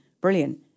Brilliant